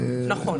נכון.